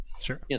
Sure